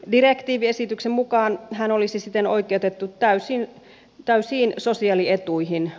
direktiiviesityksen mukaan hän olisi siten oikeutettu täysiin sosiaalietuihin